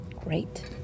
Great